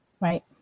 Right